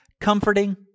comforting